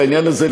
בעניין הזה,